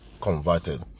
converted